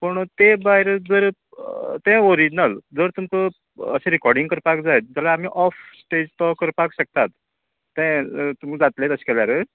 पूण ते भायर जर तें ओरिजीनल जर तुमकां अशें रिकाॅर्डिंग करपाक जाय जाल्यार आमी ऑफ स्टेज तो करपाक शकतात तें तुमी जातलें तशे केल्यार